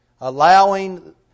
allowing